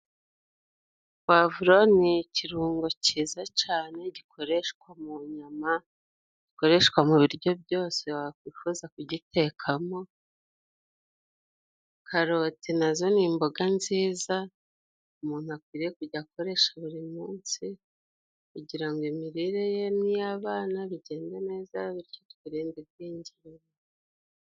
Povuro n' ikirungo ciza cane, gikoreshwa mu nyama. Zikoreshwa mu biryo byose, wakwifuza kugitekamo, karoti na zo n'imboga nziza, umuntu akwiriye kujya akoresha buri munsi kugirango imirire ye n'iyabana bigende neza, bityo twirinde igwingira.